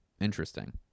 Interesting